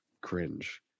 cringe